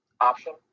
option